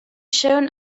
shown